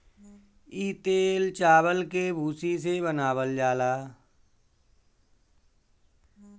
इ तेल चावल के भूसी से बनावल जाला